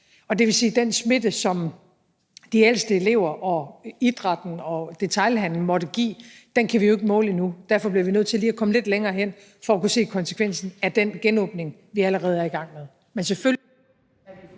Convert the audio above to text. Og det vil sige, at den smitte, som de ældste elever, idrætten og detailhandelen måtte give, kan vi ikke måle endnu, og derfor bliver vi nødt til lige at komme lidt længere hen for at kunne se, hvad konsekvensen er af den genåbning, vi allerede er i gang med.